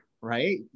right